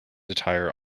attire